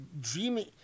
dreaming